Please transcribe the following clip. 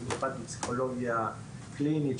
במיוחד בפסיכולוגיה קלינית,